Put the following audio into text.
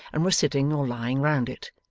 and were sitting or lying round it.